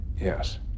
Yes